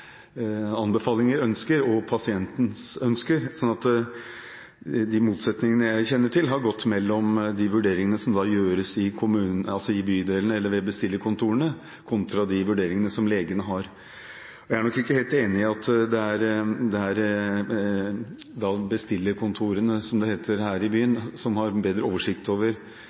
og ønsker og pasientens ønsker, så de motsetningene jeg kjenner til, har vært mellom de vurderingene som gjøres i bydelene eller ved bestillerkontorene, og de vurderingene som legen har gjort. Jeg er nok ikke helt enig i at bestillerkontorene, som det heter her i byen,